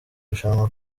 rushanwa